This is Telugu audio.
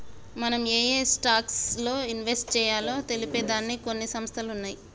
మనం ఏయే స్టాక్స్ లో ఇన్వెస్ట్ చెయ్యాలో తెలిపే దానికి కొన్ని సంస్థలు ఉన్నయ్యి